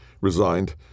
Resigned